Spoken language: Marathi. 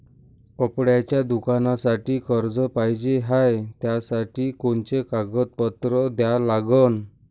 कपड्याच्या दुकानासाठी कर्ज पाहिजे हाय, त्यासाठी कोनचे कागदपत्र द्या लागन?